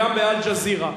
וגם ב"אל-ג'זירה".